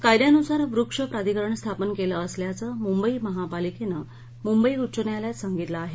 कायदयानुसार वृक्ष प्राधिकरण स्थापन केलं असल्याचं मुंबई महानगरपालिकेनं मुंबई उच्च न्यायालयात सांगितलं आहे